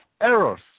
errors